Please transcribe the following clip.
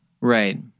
Right